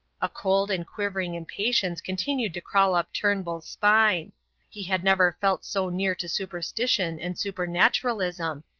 a cold and quivering impatience continued to crawl up turnbull's spine he had never felt so near to superstition and supernaturalism,